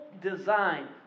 design